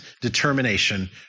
determination